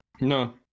No